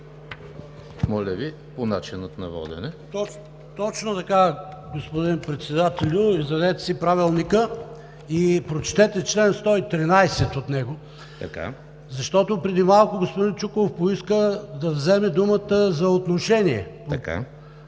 ШОПОВ (Нечленуващ в ПГ): Точно така, господин Председателю, извадете си Правилника и прочетете чл. 113 от него, защото преди малко господин Чуколов поиска да вземе думата за отношение